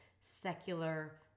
secular